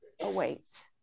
awaits